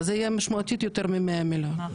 אז זה יהיה משמעותית יותר מ-100 מיליון.